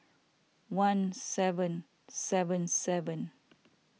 one seven seven seven